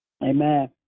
Amen